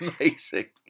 amazing